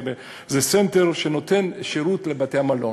זה סנטר שנותן שירות לבתי-המלון.